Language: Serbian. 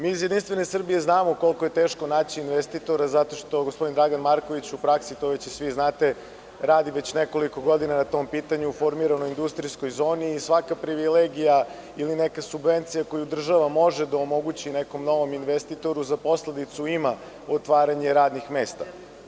Mi iz JS znamo koliko je teško naći investitore zato što gospodine Dragan Marković u praksi, to već i svi znate, radi veće nekoliko godina na tom pitanju, formiranoj industrijskoj zoni i svaka privilegija ili neke subvencije koju država može da omogući nekom novom investitoru za posledicu ima otvaranje radnih mesta.